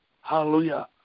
Hallelujah